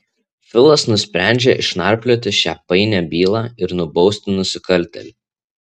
filas nusprendžia išnarplioti šią painią bylą ir nubausti nusikaltėlį